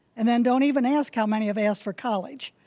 and then don't even ask how many have asked for college.